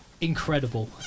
incredible